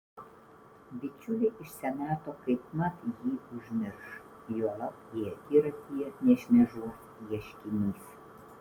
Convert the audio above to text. bičiuliai iš senato kaipmat jį užmirš juolab jei akiratyje nešmėžuos ieškinys